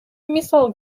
мисал